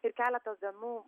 ir keletos dienų